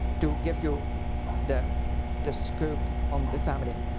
to give you the the scoop on the family